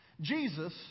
Jesus